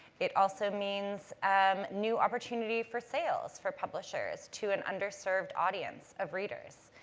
it also means um new opportunity for sales, for publishers to an underserved audience of readers.